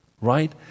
Right